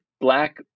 black